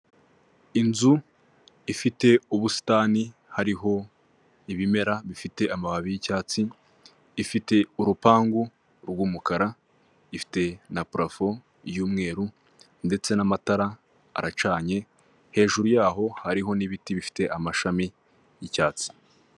Ni mu isoko ry'ibiribwa harimo abantu bagaragara ko bari kugurisha, ndabona imboga zitandukanye, inyuma yaho ndahabona ibindi bintu biri gucuruzwa ,ndahabona ikimeze nk'umutaka ,ndahabona hirya ibiti ndetse hirya yaho hari n'inyubako.